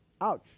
Ouch